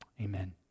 Amen